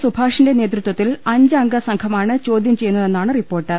സുഭാഷിന്റെ നേതൃ ത്വത്തിൽ അഞ്ച് അംഗസംഘമാണ് ചോദ്യം ചെയ്യുന്ന തെന്നാണ് റിപ്പോർട്ട്